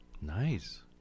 Nice